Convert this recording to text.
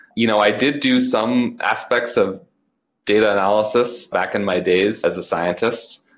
you know i did do some aspects of data analysis back in my days as a scientist.